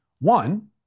One